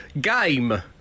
Game